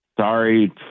sorry